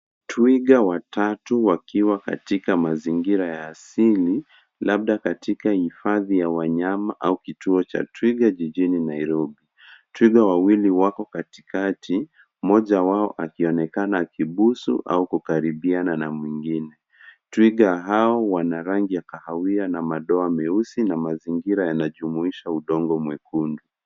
Twiga watatu wakiwa katika mazingira ya asili labda katika hifadhi ya wanyama au kituo cha twiga jijini Nairobi. Twiga wawili wako katikati moja wao akionekana akibusu au kukaribiana na mwingine. Twiga hao wana rangi ya kahawia na madoa meusi na mazingira yanajumuisha udongo mwekundu.